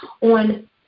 on